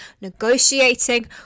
negotiating